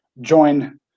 join